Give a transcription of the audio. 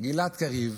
גלעד קריב